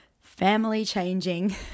family-changing